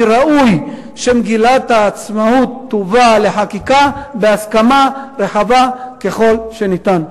כי ראוי שמגילת העצמאות תובא לחקיקה בהסכמה רחבה ככל הניתן.